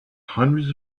hundreds